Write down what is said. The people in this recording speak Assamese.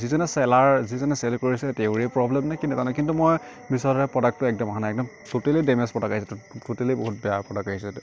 যিজনে চেলাৰ যিজনে চেল কৰিছে তেওঁৰেই প্ৰব্লেমনে কি নাজানো কিন্তু মই বিচৰা দৰে প্ৰডাক্টটো একদম অহা নাই একদম টুটেলি ডেমেজ প্ৰডাক্ট আহিছে টুটেলি বহুত বেয়া প্ৰডাক্ট আহিছে